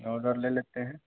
order ले लेते हैं